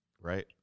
Right